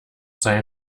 sei